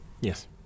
Yes